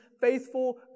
faithful